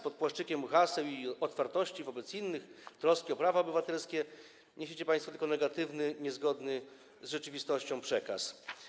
Pod płaszczykiem haseł i otwartości wobec innych, troski o prawa obywatelskie niesiecie państwo tylko negatywny, niezgodny z rzeczywistością przekaz.